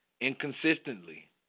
inconsistently